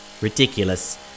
Ridiculous